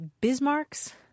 Bismarck's